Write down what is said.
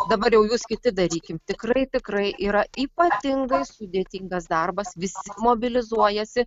dabar jau jūs kiti darykim tikrai tikrai yra ypatingai sudėtingas darbas visi mobilizuojasi